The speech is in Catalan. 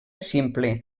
simple